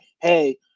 Hey